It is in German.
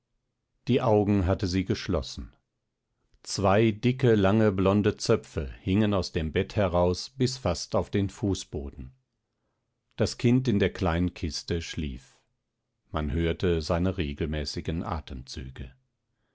die augen hatte sie geschlossen zwei dicke lange blonde zöpfe hingen aus dem bett heraus bis fast auf den fußboden das kind in der kleinen kiste schlief man hörte seine regelmäßigen atemzüge